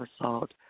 assault